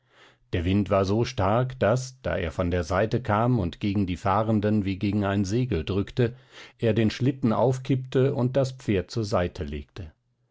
der wind war so stark daß da er von der seite kam und gegen die fahrenden wie gegen ein segel drückte er den schlitten aufkippte und das pferd zur seite legte